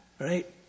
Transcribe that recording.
Right